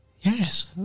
Yes